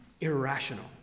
irrational